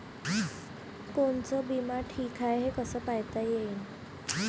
कोनचा बिमा ठीक हाय, हे कस पायता येईन?